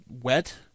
wet